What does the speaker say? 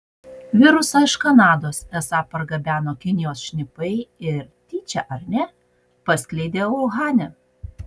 virusą iš kanados esą pargabeno kinijos šnipai ir tyčia ar ne paskleidė uhane